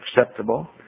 acceptable